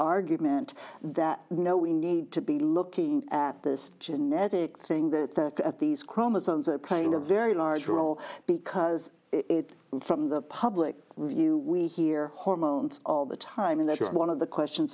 argument that no we need to be looking at this genetic thing that at these chromosomes are playing a very large role because it from the public view we hear hormones all the time and this is one of the questions